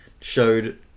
showed